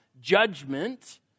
judgment